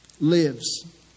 lives